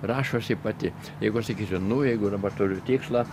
rašosi pati jeigu aš sakysiu nu jeigu dabar turiu tikslą